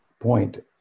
point